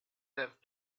that